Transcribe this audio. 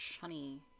honey